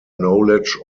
knowledge